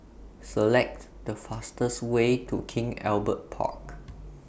Select The fastest Way to King Albert Park